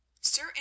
Sir